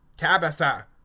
Tabitha